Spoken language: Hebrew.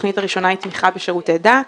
התוכנית הראשונה היא תמיכה בשירותי דת.